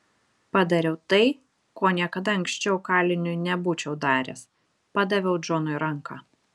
padariau tai ko niekada anksčiau kaliniui nebūčiau padaręs padaviau džonui ranką